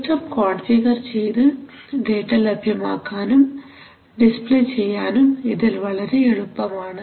system configure ചെയ്തു data ലഭ്യമാക്കാനും display ചെയ്യാനും വളരെ ഇതിൽ എളുപ്പമാണ്